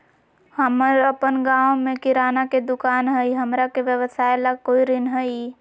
हमर अपन गांव में किराना के दुकान हई, हमरा के व्यवसाय ला कोई ऋण हई?